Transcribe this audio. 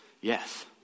yes